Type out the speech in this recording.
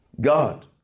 God